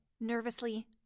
Nervously